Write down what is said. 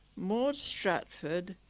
maud stratford,